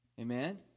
Amen